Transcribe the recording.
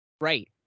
Right